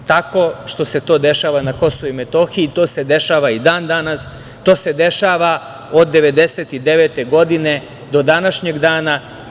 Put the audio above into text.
Pitao ga je: „Kako?“ Tako što se to dešava na Kosovu i Metohiji, to se dešava i dan-danas, to se dešava od 1999. godine do današnjeg dana.